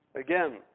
Again